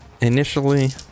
initially